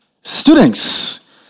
Students